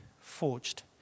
forged